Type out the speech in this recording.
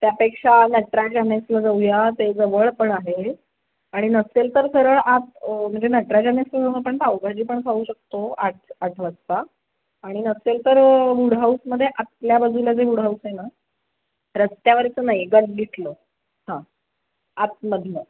त्यापेक्षा नटराज एन एक्सला जाऊया ते जवळ पण आहे आणि नसेल तर सरळ आत म्हणजे नटराज एन एक्सला आपण पावभाजी पण खाऊ शकतो आठ आठ वाजता आणि नसेल तर वूड हाऊसमध्ये आतल्या बाजूला जे वूड हाऊस आहे ना रस्त्यावरचं नाही गल्लीतलं हां आतमधलं